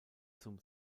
zum